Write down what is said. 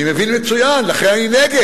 מבין, אני מבין מצוין, ולכן אני נגד.